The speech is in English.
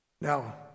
Now